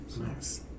nice